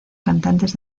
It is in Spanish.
cantantes